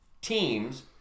teams